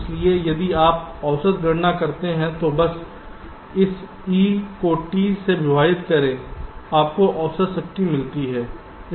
इसलिए यदि आप औसत गणना करते हैं तो बस इस E को T से विभाजित करें आपको औसत शक्ति मिलती है